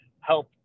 help